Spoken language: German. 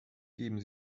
geben